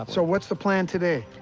so what's the plan today?